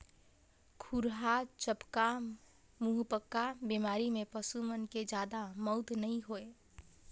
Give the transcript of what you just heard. खुरहा चपका, मुहंपका बेमारी में पसू मन के जादा मउत नइ होय